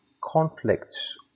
conflicts